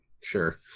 sure